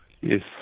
Yes